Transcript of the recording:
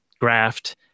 graft